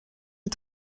his